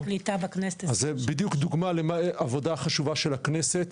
זה בדיוק דוגמה לעבודה החשובה של הכנסת.